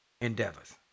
endeavors